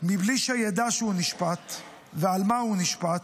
מבלי שידע שהוא נשפט ועל מה הוא נשפט.